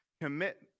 Commit